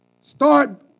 Start